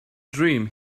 dream